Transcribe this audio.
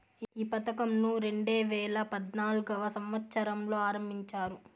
ఈ పథకంను రెండేవేల పద్నాలుగవ సంవచ్చరంలో ఆరంభించారు